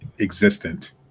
existent